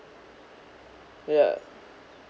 yeah